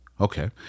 Okay